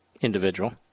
individual